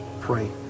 pray